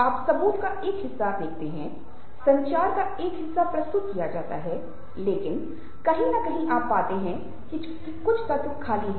आप सबूत का एक हिस्सा देखते हैं संचार का एक हिस्सा प्रस्तुत किया जाता है लेकिन कहीं न कहीं आप पाते हैं कि कुछ तत्व खाली हैं